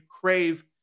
crave